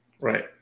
right